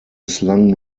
bislang